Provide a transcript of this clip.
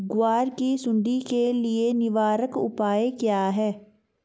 ग्वार की सुंडी के लिए निवारक उपाय क्या है?